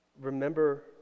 Remember